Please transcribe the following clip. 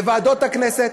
בוועדות הכנסת,